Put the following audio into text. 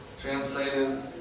translated